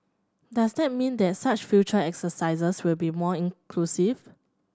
does that mean that such future exercises will be more inclusive